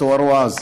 כתוארו אז,